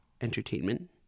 entertainment